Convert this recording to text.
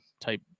type